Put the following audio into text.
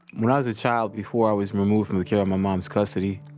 when i was a child, before i was removed from the care of my mom's custody,